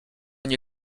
nie